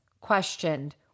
questioned